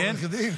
אתה עורך דין.